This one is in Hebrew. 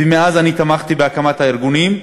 ומאז תמכתי בהקמת הארגונים,